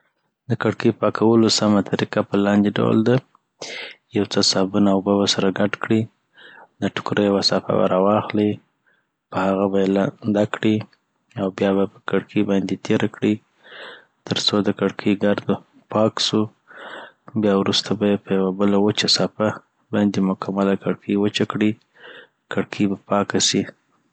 دکړکۍ پاکولو سمه طریقه په لاندي ډول ده یو څه صابون او اوبه به سره ګډ کي دټوکره یو ساپه به را واخلي په هغه بیی لنده کړي بیا بیی په کړکي باندي تیره کړي تر څو دکړکۍ ګرد پاک سو بیا وروسته بیی په یوه بله وچه ساپه باندي مکمله کړکۍ وچه کړي او کړکۍ به پاکه سي.